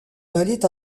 valait